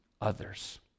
others